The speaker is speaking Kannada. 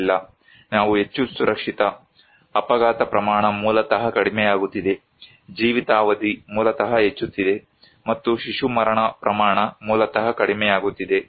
ಇಲ್ಲ ನಾವು ಹೆಚ್ಚು ಸುರಕ್ಷಿತ ಅಪಘಾತ ಪ್ರಮಾಣ ಮೂಲತಃ ಕಡಿಮೆಯಾಗುತ್ತಿದೆ ಜೀವಿತಾವಧಿ ಮೂಲತಃ ಹೆಚ್ಚುತ್ತಿದೆ ಮತ್ತು ಶಿಶು ಮರಣ ಪ್ರಮಾಣ ಮೂಲತಃ ಕಡಿಮೆಯಾಗುತ್ತಿದೆ